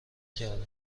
کردم